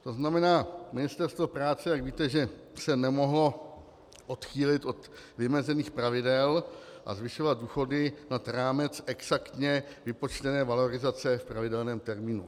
To znamená, ministerstvo práce, jak víte, se nemohlo odchýlit od vymezených pravidel a zvyšovat důchody nad rámec exaktně vypočtené valorizace v pravidelném termínu.